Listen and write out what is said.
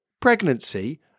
Pregnancy